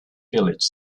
village